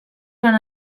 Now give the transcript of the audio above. van